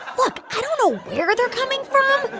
look. i don't know where they're coming from.